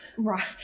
Right